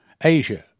Asia